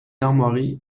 armoiries